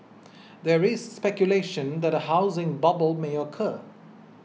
there is speculation that a housing bubble may occur